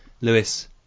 Lewis